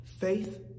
Faith